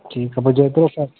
ठीकु आहे पोइ जेतिरो खर